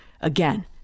Again